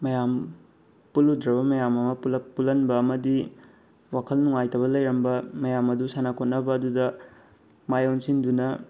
ꯃꯌꯥꯝ ꯄꯨꯜꯂꯨꯗ꯭ꯔꯕ ꯃꯌꯥꯝ ꯑꯃ ꯄꯨꯜꯍꯟꯕ ꯑꯃꯗꯤ ꯋꯥꯈꯜ ꯅꯨꯡꯉꯥꯏꯇꯕ ꯂꯩꯔꯝꯕ ꯃꯌꯥꯝ ꯑꯗꯨ ꯁꯥꯟꯅ ꯈꯣꯠꯅꯕ ꯑꯗꯨꯗ ꯃꯥꯏ ꯑꯣꯟꯁꯤꯟꯗꯨꯅ